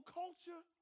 culture